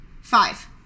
Five